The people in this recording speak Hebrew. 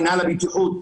מינהל הבטיחות,